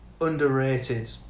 underrated